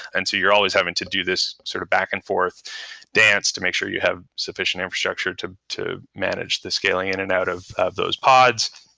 and you're always having to do this sort of back-and-forth dance to make sure you have sufficient infrastructure to to manage the scaling in and out of of those pods.